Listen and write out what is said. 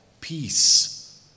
peace